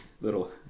little